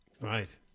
Right